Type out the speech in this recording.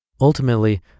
Ultimately